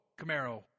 Camaro